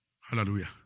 Hallelujah